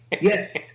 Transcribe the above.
yes